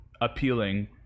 appealing